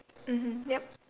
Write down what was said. mmhmm yup